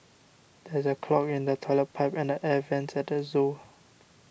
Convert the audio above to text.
there is a clog in the Toilet Pipe and the Air Vents at the zoo